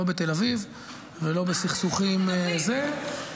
לא בתל אביב ולא בסכסוכים -- מה הקשר לתל אביב?